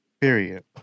Period